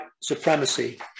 supremacy